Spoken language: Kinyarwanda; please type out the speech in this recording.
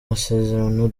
masezerano